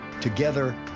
together